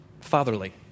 Fatherly